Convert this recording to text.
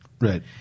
Right